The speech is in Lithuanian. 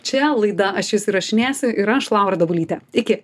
čia laida aš jus įrašinėsiu ir aš laura dabulytė iki